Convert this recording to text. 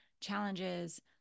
challenges